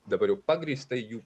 dabar jau pagrįstai jų